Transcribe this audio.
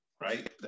right